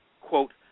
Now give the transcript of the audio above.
quote